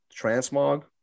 Transmog